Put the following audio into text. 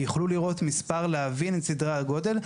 יוכלו לראות מספר להבין את סדרי הגודל.